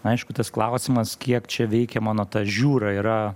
aišku tas klausimas kiek čia veikia mano ta žiūra yra